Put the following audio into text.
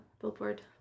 Billboard